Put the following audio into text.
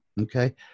Okay